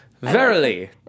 Verily